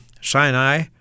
Sinai